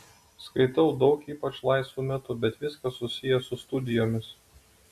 skaitau daug ypač laisvu metu bet viskas susiję su studijomis